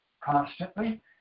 constantly